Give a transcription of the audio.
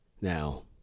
Now